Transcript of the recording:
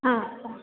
हा हा